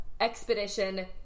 expedition